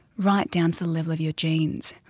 right down to the level of your genes.